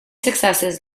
successes